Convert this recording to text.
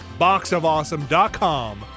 boxofawesome.com